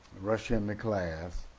rush into class.